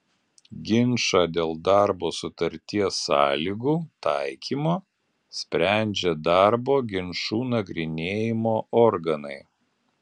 ginčą dėl darbo sutarties sąlygų taikymo sprendžia darbo ginčų nagrinėjimo organai